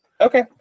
Okay